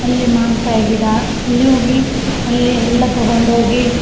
ಅಲ್ಲಿ ಮಾವಿನ್ಕಾಯಿ ಗಿಡ ಅಲ್ಲಿ ಹೋಗಿ ಅಲ್ಲಿ ಎಲ್ಲ ತಗೊಂಡು ಹೋಗಿ